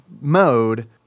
mode